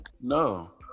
No